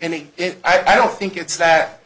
in it i don't think it's that